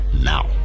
now